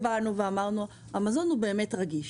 אמרנו שהמזון הוא אכן רגיש